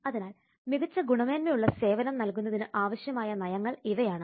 അതിനാൽ മികച്ച ഗുണമേന്മയുള്ള സേവനം നൽകുന്നതിന് ആവശ്യമായ നയങ്ങൾ ഇവയാണ്